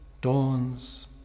dawns